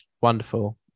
wonderful